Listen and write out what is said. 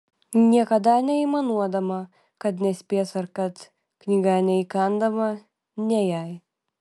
niekada neaimanuodama kad nespės ar kad knyga neįkandama ne jai